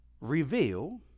reveal